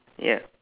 ya